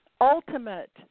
ultimate